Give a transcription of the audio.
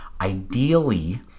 Ideally